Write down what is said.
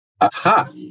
Aha